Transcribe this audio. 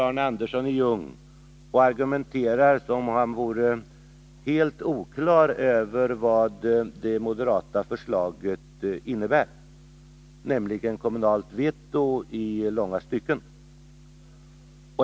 Arne Andersson i Ljung står här och argumenterar som om han vore helt oklar över vad det moderata förslaget innebär, nämligen kommunalt veto i långa stycken.